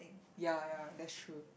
ya ya that's true